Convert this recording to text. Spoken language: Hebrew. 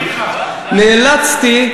נאלצתי,